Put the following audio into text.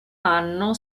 anno